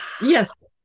Yes